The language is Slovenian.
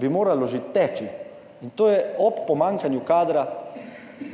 bi moralo že teči. In to je ob pomanjkanju kadra